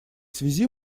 связи